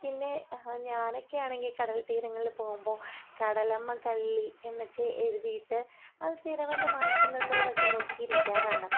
പിന്നെ ഞാനൊക്കെ ആണെങ്കിൽ കടൽത്തീരങ്ങളിൽ പോകുമ്പോൾ കടലമ്മ കള്ളി എന്നൊക്കെ എഴുതിയിട്ട് അത് തിര വന്ന് മായിക്കുന്നുണ്ടോ എന്നൊക്കെ നോക്കി ഇരിക്കാറുണ്ട്